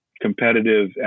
competitive